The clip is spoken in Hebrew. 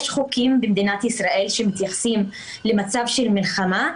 יש חוקים במדינת ישראל שמתייחסים למצב של מלחמה: